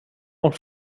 molt